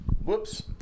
whoops